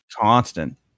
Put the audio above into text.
constant